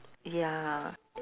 ya